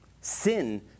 Sin